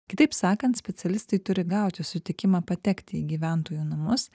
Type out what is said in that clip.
kitaip sakant specialistai turi gauti sutikimą patekti į gyventojų namus